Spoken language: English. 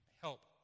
help